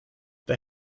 they